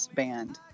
band